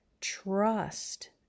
trust